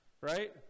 right